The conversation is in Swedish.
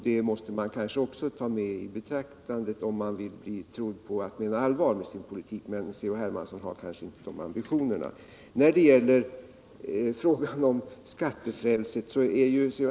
Detta måste man kanske också ta i betraktande om man vill bli trodd om att mena allvar med sin politik — men C-H. Hermansson har kanske inte de ambitionerna. När det gäller skattefrälset är C-H.